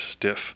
stiff